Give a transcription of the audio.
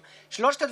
אני קובע שההצעה